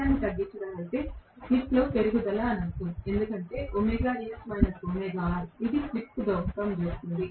వేగాన్ని తగ్గించడం అంటే స్లిప్లో పెరుగుదల అని అర్థం ఎందుకంటే ఇది స్లిప్కు దోహదం చేస్తుంది